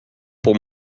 pour